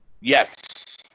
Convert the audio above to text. Yes